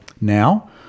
now